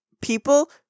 People